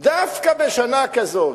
דווקא בשנה כזאת,